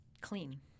clean